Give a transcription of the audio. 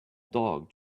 dog